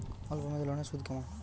অল্প মেয়াদি লোনের সুদ কেমন?